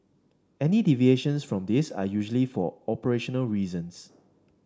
any deviations from these are usually for operational reasons